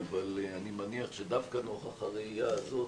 אבל אני מניח שדווקא נוכח הראייה הזאת,